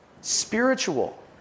Spiritual